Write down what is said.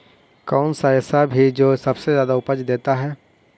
कौन सा ऐसा भी जो सबसे ज्यादा उपज देता है?